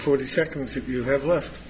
forty seconds if you have left